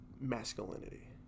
masculinity